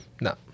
No